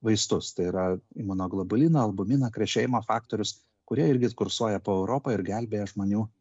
vaistus tai yra imunoglobuliną albuminą krešėjimo faktorius kurie irgi kursuoja po europą ir gelbėja žmonių